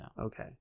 Okay